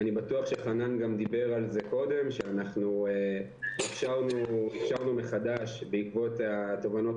אני בטוח שחנן גם דיבר על זה קודם שאנחנו אפשרנו מחדש בעקבות התובנות